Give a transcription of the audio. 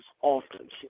often